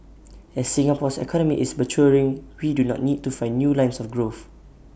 as Singapore's economy is maturing we do not need to find new lines of growth